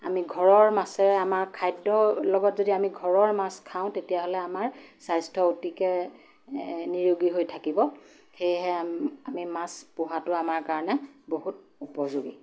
আমি ঘৰৰ মাছেৰেই আমাৰ খাদ্যৰ লগত যদি আমি ঘৰৰ মাছ খাওঁ তেতিয়াহ'লে আমাৰ স্বাস্থ্য অতিকৈ এ নিৰোগী হৈ থাকিব সেয়েহে আমি মাছ পোহাটো আমাৰ কাৰণে বহুত উপযোগী